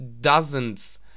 dozens